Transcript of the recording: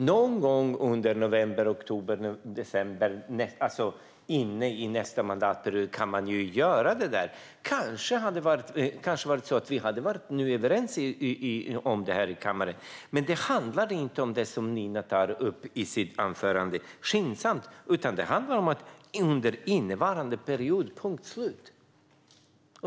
Någon gång under oktober, november eller december, alltså nästa mandatperiod, kan man göra detta. Vi hade kanske nu kunnat vara överens om detta i kammaren. Men det handlar inte om det som Nina Lundström tar upp i sitt anförande, det vill säga att detta ska ske skyndsamt, utan det handlar om att detta ska ske under innevarande period.